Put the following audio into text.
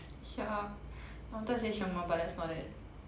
I wanted to say 熊猫 but that's not it